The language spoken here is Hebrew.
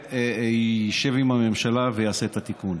וישב עם הממשלה ויעשה את התיקון.